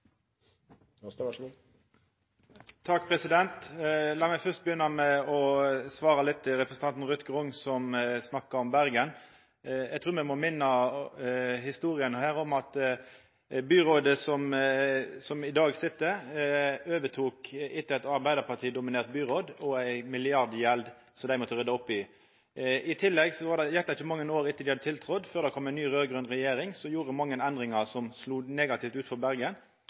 som snakka om Bergen. Eg trur me må minnast historia her, at det byrådet som i dag sit, overtok etter eit arbeidarpartidominert byråd, og at dei overtok ei milliardgjeld som dei måtte rydda opp i. I tillegg gjekk det ikkje mange år etter at det hadde tiltredd, før det kom ei ny raud-grøn regjering som gjorde mange endringar som slo negativt ut for Bergen.